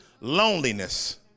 loneliness